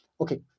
Okay